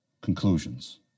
conclusions